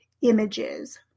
images